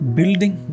Building